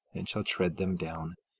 and shall tread them down,